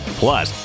Plus